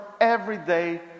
everyday